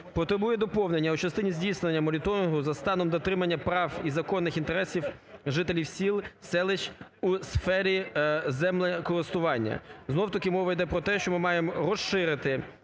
потребує доповнення у частині здійснення моніторингу за станом дотримання прав і законних інтересів жителів сіл, селищ у сфері землекористування. Знову-таки мова іде про те, що ми маємо розширити